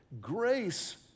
Grace